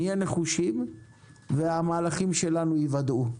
נהיה נחושים והמהלכים שלנו ייוודעו.